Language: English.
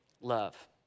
love